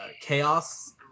chaos